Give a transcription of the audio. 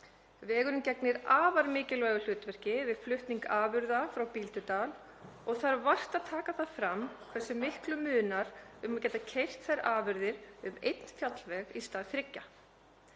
Vegurinn gegnir afar mikilvægu hlutverki við flutning afurða frá Bíldudal og þarf vart að taka það fram hversu miklu munar um að geta keyrt þær afurðir um einn fjallveg í stað þriggja,